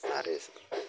अरे स इस